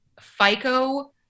FICO